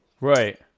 Right